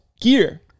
gear